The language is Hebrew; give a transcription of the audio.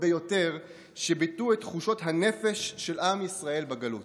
ביותר שביטאו את תחושות הנפש של עם ישראל בגלות.